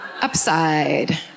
Upside